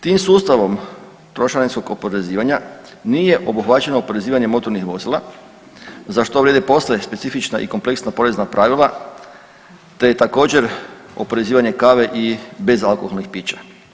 Tim sustavom trošarinskog oporezivanja nije obuhvaćeno oporezivanje motornih vozila za što vrijede posve specifična i kompleksna porezna pravila te također oporezivanje kave i bezalkoholnih pića.